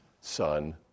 Son